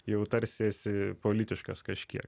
jau tarsi esi politiškas kažkiek